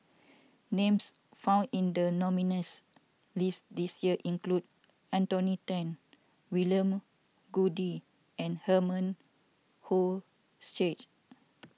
names found in the nominees' list this year include Anthony then William Goode and Herman Hochstadt